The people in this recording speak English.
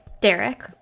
Derek